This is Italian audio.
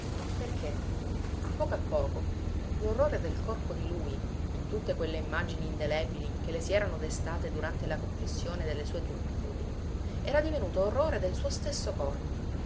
perché a poco a poco l'orrore del corpo di lui in tutte quelle immagini indelebili che le si erano destate durante la confessione delle sue turpitudini era divenuto orrore del suo stesso corpo